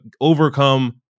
overcome